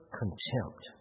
contempt